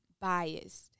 biased